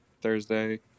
Thursday